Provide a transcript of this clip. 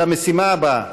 אל המשימה הבאה.